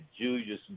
Julius